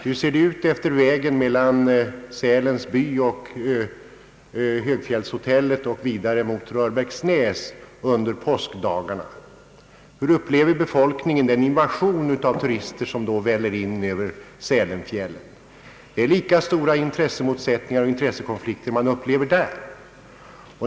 Hur ser det ut efter vägen mellan Sälens by och Hösgfjällshotellet och vidare mot Rörbäcksnäs under påskdagarna? Hur upplever befolkningen den invasion av turister som då väller in över Sälenfjället? Det är lika stora intressekonflikter man upplever där.